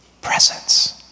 Presence